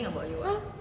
ha